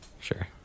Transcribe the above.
Sure